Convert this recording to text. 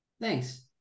thanks